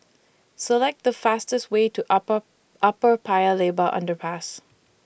Select The fastest Way to Upper Upper Paya Lebar Underpass